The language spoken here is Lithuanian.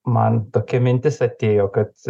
man tokia mintis atėjo kad